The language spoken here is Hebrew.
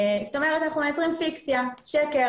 זאת אומרת, אנחנו מייצרים פיקציה, שקר.